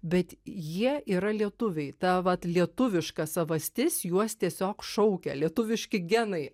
bet jie yra lietuviai ta vat lietuviška savastis juos tiesiog šaukia lietuviški genai